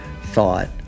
thought